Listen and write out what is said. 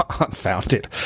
unfounded